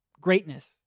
greatness